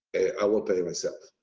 i will pay myself.